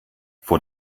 vor